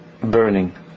burning